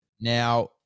Now